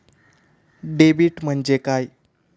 Debit म्हणजे काय?